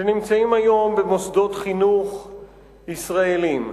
שנמצאים היום במוסדות חינוך ישראליים,